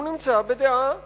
הוא נמצא בדעה מלאה.